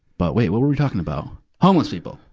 but. wait, what were we talking about? homeless people.